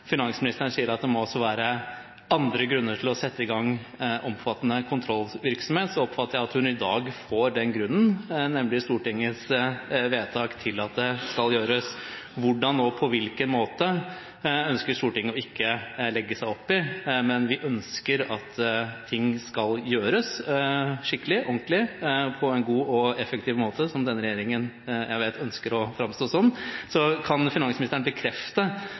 finansministeren sier at det også må være andre grunner til å sette i gang omfattende kontrollvirksomhet, oppfatter jeg at hun i dag får den grunnen, nemlig Stortingets vedtak om at det skal gjøres. Hvordan, og på hvilken måte, ønsker ikke Stortinget å legge seg opp i, men vi ønsker at ting skal gjøres skikkelig og ordentlig, på en god og effektiv måte – slik jeg vet denne regjeringen ønsker å framstå. Kan finansministeren bekrefte